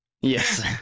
Yes